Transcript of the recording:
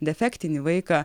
defektinį vaiką